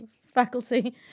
faculty